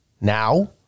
now